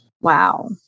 Wow